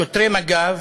שוטרי מג"ב.